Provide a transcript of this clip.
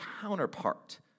counterpart